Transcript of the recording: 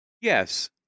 yes